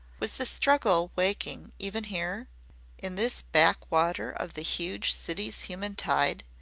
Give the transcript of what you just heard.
was the struggle waking even here in this back water of the huge city's human tide?